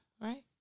right